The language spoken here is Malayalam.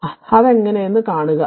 അതിനാൽ അതെങ്ങനെയെന്ന് കാണുക